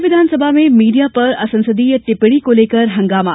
राज्य विधानसभा में मीडिया पर असंसदीय टिप्पणी को लेकर हंगामा